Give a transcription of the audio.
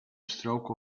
stroke